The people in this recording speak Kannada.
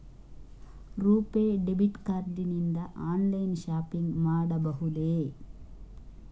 ರುಪೇ ಡೆಬಿಟ್ ಕಾರ್ಡ್ ನಿಂದ ಆನ್ಲೈನ್ ಶಾಪಿಂಗ್ ಮಾಡಬಹುದೇ?